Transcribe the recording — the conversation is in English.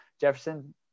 Jefferson